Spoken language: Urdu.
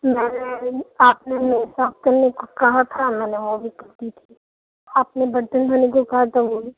میم آپ نے میز صاف کرنے کو کہا تھا میں نے وہ بھی کر دی تھی آپ نے برتن دھونے کو کہا تھا وہ بھی